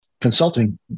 consulting